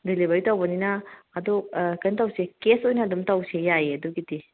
delivery ꯇꯧꯕꯅꯤꯅ ꯑꯗꯨ ꯀꯩꯅꯣ ꯇꯧꯁꯤ ꯀꯦꯁ ꯑꯣꯏꯅ ꯑꯗꯨꯝ ꯇꯧꯁꯤ ꯌꯥꯏꯌꯦ ꯑꯗꯨꯒꯤꯗꯤ